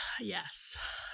Yes